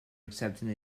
accepting